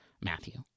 Matthew